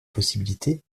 possibilité